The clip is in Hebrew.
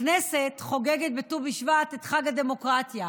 הכנסת חוגגת בט"ו בשבט את חג הדמוקרטיה,